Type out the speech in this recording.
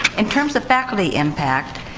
in terms of faculty impact,